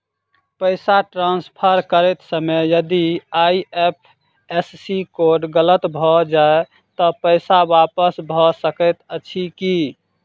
पैसा ट्रान्सफर करैत समय यदि आई.एफ.एस.सी कोड गलत भऽ जाय तऽ पैसा वापस भऽ सकैत अछि की?